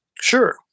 Sure